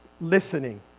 Listening